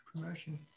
promotion